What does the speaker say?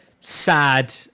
sad